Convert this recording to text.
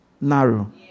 narrow